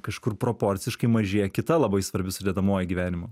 kažkur proporciškai mažėja kita labai svarbi sudedamoji gyvenimo